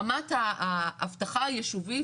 רמת האבטחה היישובית,